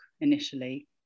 initially